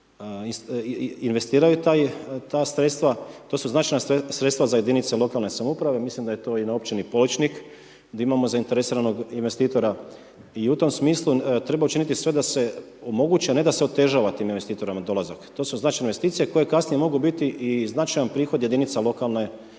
investiraju ta sredstava to su značajna sredstva za jedinice lokalne samouprave, mislim da je to i na općini Pločnik gdje imamo zainteresiranog investitora. I u tom smislu treba učiniti sve da se omogući, a ne da se otežava tim investitorima dolazak, to su znači investicije koje kasnije mogu biti i značajan prihod jedinica lokalne samouprave.